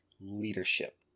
leadership